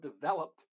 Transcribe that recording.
developed